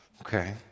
Okay